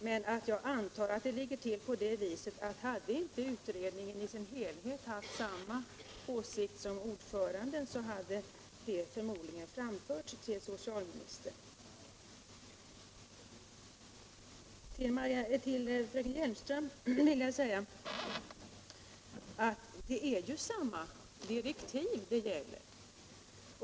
Men jag antar att det ligger till på det viset att hade inte utredningen i sin helhet haft samma åsikt som ordföranden så hade detta förmodligen framförts till socialministern. Till fröken Hjelmström vill jag säga att det ju är samma direktiv det gäller.